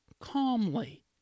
calmly